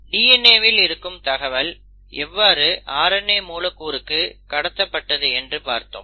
DNA வில் இருக்கும் தகவல் எவ்வாறு RNA மூலக்கூறுக்கு கடத்தப்பட்டது என்று பார்த்தோம்